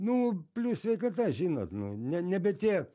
nu plius sveikata žinot nu ne nebe tie